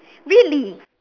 really